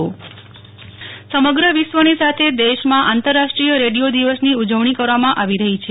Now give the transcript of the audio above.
નેહ્લ ઠક્કર વિશ્વ રેડિયો દિવસ સમગ્ર વિશ્વની સાથે દેશમાં આંતરરાષ્ટ્રીય રેડિયો દિવસની ઉજવણી કરવામાં આવી રહી છે